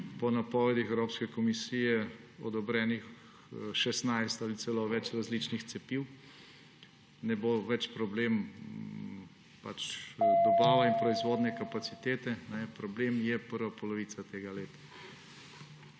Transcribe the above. po napovedih Evropske komisije odobrenih 16 ali celo več različnih cepiv. Ne bo več problem dobava in proizvodne kapacitete. Problem je prva polovica tega leta.